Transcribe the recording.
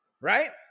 right